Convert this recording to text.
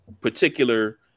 particular